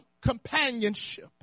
companionship